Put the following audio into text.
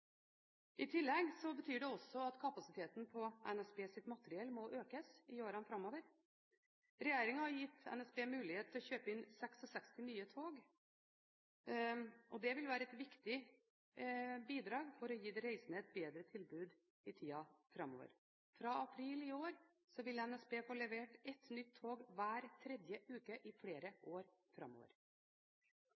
I tillegg betyr det at kapasiteten på NSBs materiell må økes i årene framover. Regjeringen har gitt NSB mulighet til å kjøpe inn 66 nye tog. Det vil være et viktig bidrag for å gi de tilreisende et bedre tilbud i tiden framover. Fra april i år vil NSB få levert ett nytt tog hver 3. uke i flere